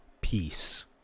peace